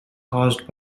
caused